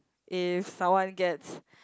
if someone gets